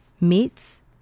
meats